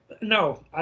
No